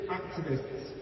activists